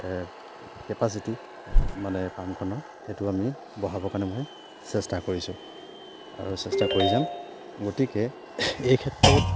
capacity মানে পামখনৰ সেইটো আমি বঢ়াবৰ কাৰণে মই চেষ্টা কৰিছোঁ আৰু চেষ্টা কৰি যাম গতিকে এই ক্ষেত্ৰত